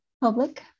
public